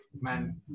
Man